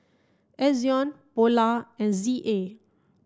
Ezion Polar and Z A